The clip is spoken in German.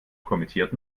kommentiert